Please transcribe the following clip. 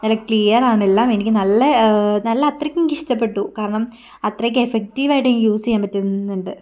നല്ല ക്ലിയർ ആണ് എല്ലാം എനിക്ക് നല്ല നല്ല അത്രക്കും എനിക്കിഷ്ടപ്പെട്ടു കാരണം അത്രയ്ക്ക് എഫക്റ്റീവായിട്ട് എനിക്ക് യൂസ് ചെയ്യാൻ പറ്റുന്നുണ്ട്